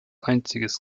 einziges